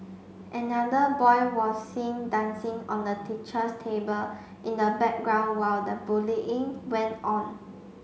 another boy was seen dancing on the teacher's table in the background while the bullying went on